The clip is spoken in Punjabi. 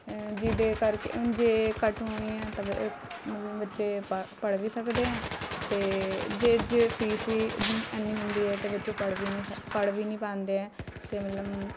ਜਿਹਦੇ ਕਰਕੇ ਜੇ ਘੱਟ ਹੋਣੀ ਹੈ ਤਾਂ ਬ ਮਤਲਬ ਬੱਚੇ ਪ ਪੜ੍ਹ ਵੀ ਸਕਦੇ ਐਂ ਅਤੇ ਜੇ ਜੇ ਫ਼ੀਸ ਹੀ ਇੰਨੀ ਹੁੰਦੀ ਹੈ ਤਾਂ ਬੱਚੇ ਪੜ੍ਹ ਵੀ ਸਕ ਬੱਚੇ ਪੜ੍ਹ ਵੀ ਨਹੀਂ ਪਾਂਦੇ ਹੈ ਅਤੇ ਮਤਲਬ